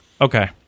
okay